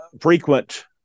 frequent –